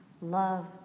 love